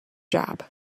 job